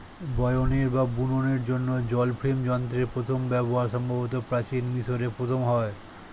বয়নের বা বুননের জন্য জল ফ্রেম যন্ত্রের প্রথম ব্যবহার সম্ভবত প্রাচীন মিশরে প্রথম হয়